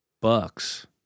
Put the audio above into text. bucks